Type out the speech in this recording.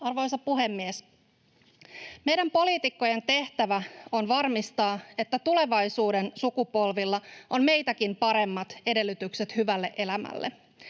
Arvoisa puhemies! Meidän poliitikkojen tehtävä on varmistaa, että tulevaisuuden sukupolvilla on meitäkin paremmat edellytykset hyvälle elämälle.